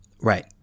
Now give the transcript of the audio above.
Right